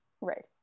Right